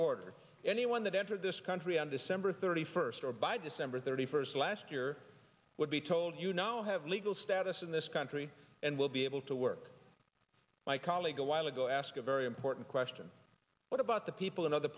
border anyone that entered this country on december thirty first or by december thirty first last year would be told you now have legal status in this country and will be able to work my colleague a while ago ask a very important question what about the people in other